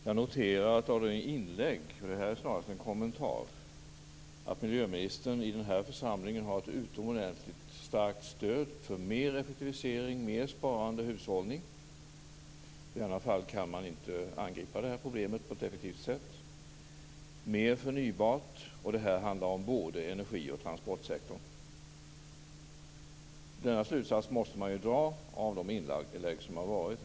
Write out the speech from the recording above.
Jag noterar av inläggen, för det här är snarast en kommentar, att miljöministern i den här församlingen har ett utomordentligt starkt stöd för mer effektivisering, mer sparande, hushållning - i annat fall kan man inte angripa det här problemet på ett effektivt sätt - och mer förnybart. Det handlar både om energi och transportsektorn. Denna slutsats måste man dra av de inlägg som varit.